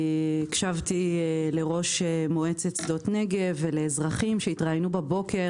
הקשבתי לראש מועצת שדות נגב ולאזרחים שהתראיינו בבוקר.